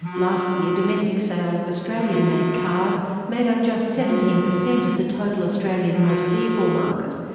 last year, domestic sales of australian-made cars made up just seventeen percent of the total australian motor vehicle market,